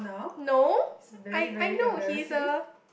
no I I know he's a